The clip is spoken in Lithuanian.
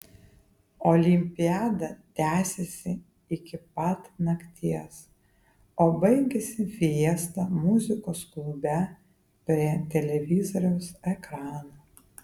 olimpiada tęsėsi iki pat nakties o baigėsi fiesta muzikos klube prie televizoriaus ekrano